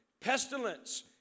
pestilence